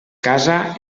casa